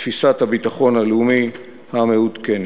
כתפיסת הביטחון הלאומית המעודכנת.